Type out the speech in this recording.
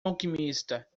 alquimista